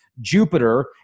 Jupiter